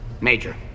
Major